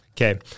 Okay